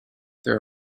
there